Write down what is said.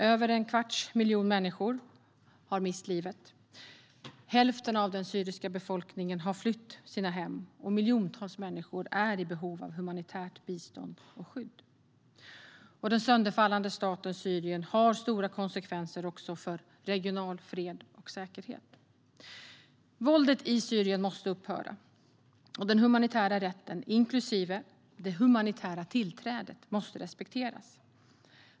Över en kvarts miljon människor har mist livet. Hälften av den syriska befolkningen har flytt från sina hem. Miljontals människor är i behov av humanitärt bistånd och skydd. Den sönderfallande staten Syrien medför också stora konsekvenser för regional fred och säkerhet. Våldet i Syrien måste upphöra. Den humanitära rätten inklusive det humanitära tillträdet måste respekteras.